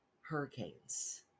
hurricanes